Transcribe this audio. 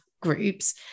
groups